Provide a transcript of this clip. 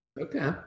Okay